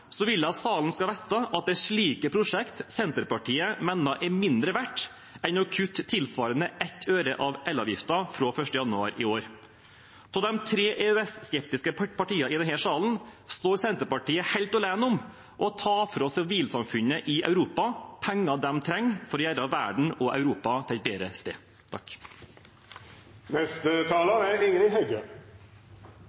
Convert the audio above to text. at salen skal vite at det er slike prosjekter Senterpartiet mener er mindre verdt enn å kutte tilsvarende 1 øre i elavgiften fra 1. januar i år. Av de tre EØS-skeptiske partiene i denne salen står Senterpartiet helt alene om å ta fra sivilsamfunnet i Europa penger de trenger for å gjøre verden og Europa til et bedre sted.